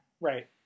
Right